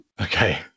Okay